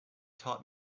taught